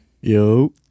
yo